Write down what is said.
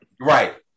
Right